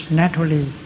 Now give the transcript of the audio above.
naturally